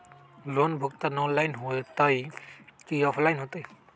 Loan भुगतान online होतई कि ऑफलाइन होतई?